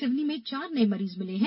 सिवनी में चार नये मरीज मिले हैं